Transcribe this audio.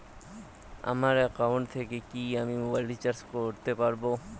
আমার একাউন্ট থেকে কি আমি মোবাইল ফোন রিসার্চ করতে পারবো?